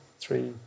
three